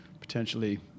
potentially